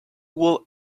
would